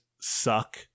suck